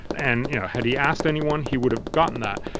and had he asked anyone he would have gotten that.